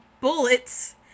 bullets-